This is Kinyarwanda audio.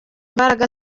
mbaraga